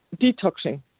detoxing